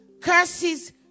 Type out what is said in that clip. Curses